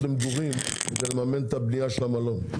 למגורים כדי לממן את הבנייה של המלון.